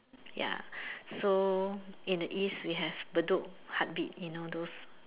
ya so in the East we have Bedok heartbeat you know those